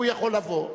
הוא יכול לבוא.